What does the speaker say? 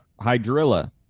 hydrilla